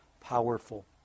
powerful